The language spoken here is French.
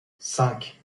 cinq